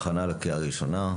הוא הכנה לקריאה ראשונה,